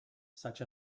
such